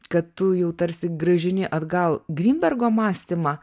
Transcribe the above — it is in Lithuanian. kad tu jau tarsi grąžini atgal grinbergo mąstymą